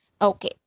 okay